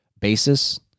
basis